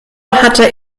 hatte